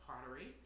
pottery